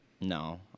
No